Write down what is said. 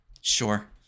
sure